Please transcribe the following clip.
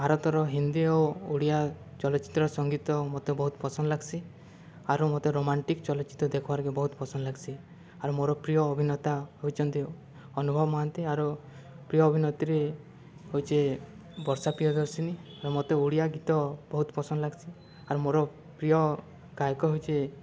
ଭାରତର ହିନ୍ଦୀ ଓ ଓଡ଼ିଆ ଚଳଚ୍ଚିତ୍ରର ସଙ୍ଗୀତ ମୋତେ ବହୁତ ପସନ୍ଦ ଲାଗ୍ସି ଆରୁ ମୋତେ ରୋମାଣ୍ଟିକ ଚଳଚ୍ଚିତ୍ର ଦେଖବାର୍ କେ ବହୁତ ପସନ୍ଦ ଲାଗ୍ସି ଆରୁ ମୋର ପ୍ରିୟ ଅଭିନେତା ହୋଉଛନ୍ତି ଅନୁଭବ ମହାନ୍ତି ଆରୁ ପ୍ରିୟ ଅଭିନେତ୍ରୀ ହଉଛେ ବର୍ଷା ପ୍ରିୟଦର୍ଶିନୀ ମୋତେ ଓଡ଼ିଆ ଗୀତ ବହୁତ ପସନ୍ଦ ଲାଗ୍ସି ଆର୍ ମୋର ପ୍ରିୟ ଗାୟକ ହଉଛେ